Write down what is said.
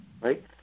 right